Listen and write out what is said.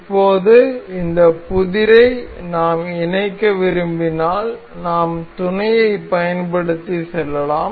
இப்போது இந்த புதிரை நாம் இணைக்க விரும்பினால் நாம் துணையை பயன்படுத்தி செல்லலாம்